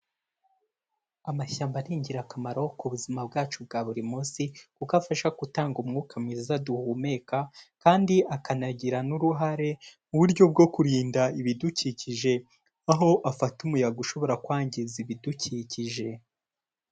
Amashyamba ni ingirakamaro ku buzima bwacu bwa buri munsi kuko afasha gutanga umwuka mwiza duhumeka kandi akanagira n'uruhare mu buryo bwo kurinda ibidukikije, aho afata umuyaga ushobora kwangiza ibidukikije.